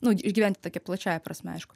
nu išgyventi tokią plačiąja prasme aišku